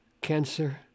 Cancer